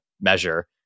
measure